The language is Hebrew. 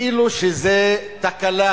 כאילו שזו תקלה?